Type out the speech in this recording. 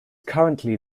currently